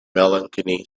melancholy